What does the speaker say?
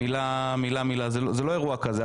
זה לא אירוע כזה.